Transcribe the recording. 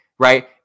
Right